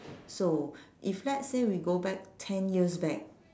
so if let's say we go back ten years back